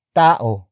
tao